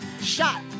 shot